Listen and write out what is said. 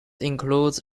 includes